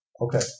Okay